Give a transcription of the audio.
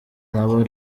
n’abo